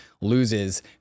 loses